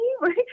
Right